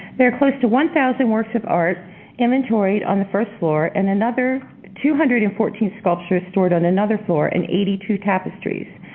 there are close to one thousand works of art inventoried on the first floor and another two hundred and fourteen sculptures stored on another floor and eighty two tapestries.